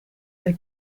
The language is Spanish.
del